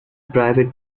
private